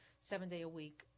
seven-day-a-week